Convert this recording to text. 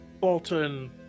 Bolton